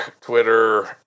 Twitter